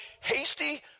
hasty